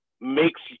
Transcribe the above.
makes